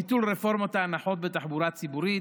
ביטול רפורמת ההנחות בתחבורה הציבורית,